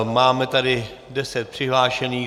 Máme tady deset přihlášených.